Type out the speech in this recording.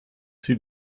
two